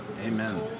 Amen